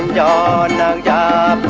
da and da da